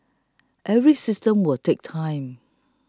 every system will take time